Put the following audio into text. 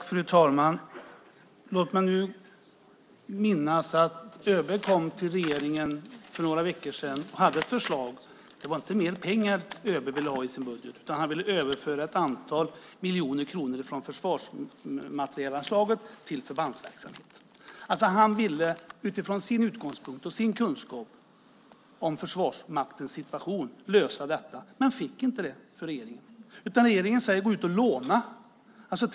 Fru talman! Låt mig påminna om att ÖB kom till regeringen för några veckor sedan och hade ett förslag. Det var inte mer pengar ÖB ville ha i sin budget, utan han ville överföra ett antal miljoner kronor från försvarsmaterielanslaget till förbandsverksamheten. Han ville utifrån sin utgångspunkt och sin kunskap om Försvarsmaktens situation lösa detta men fick inte det för regeringen. I stället säger regeringen att Försvarsmakten ska gå ut och låna.